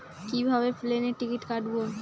কিভাবে প্লেনের টিকিট কাটব?